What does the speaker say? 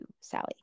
Sally